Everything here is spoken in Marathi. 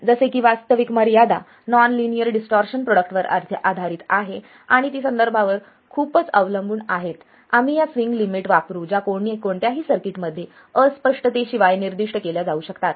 जसे की वास्तविक मर्यादा नॉन लिनियर डिस्टॉर्शन प्रोडक्ट वर आधारित आहे आणि ती संदर्भावर खूपचअवलंबून आहेत आम्ही या स्विंग लिमिट वापरू ज्या कोणत्याही सर्किट साठी अस्पष्टतेशिवाय निर्दिष्ट केल्या जाऊ शकतात